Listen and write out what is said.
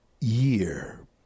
year